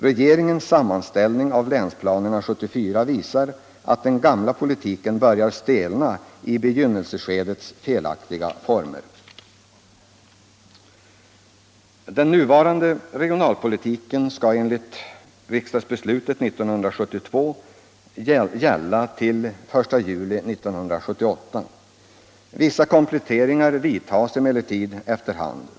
Regeringens sammanställning av länsplanerna för 1974 visar att den gamla politiken börjar stelna i begynnelseskedets felaktiga former. Den nuvarande regionalpolitiken skall enligt riksdagsbeslutet 1972 gälla till den 1 juli 1978. Viss komplettering vidtas emellertid efter hand.